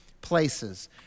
places